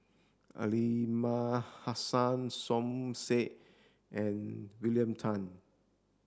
Aliman Hassan Som Said and William Tan